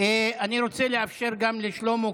אני רוצה לאפשר גם לשלמה קרעי,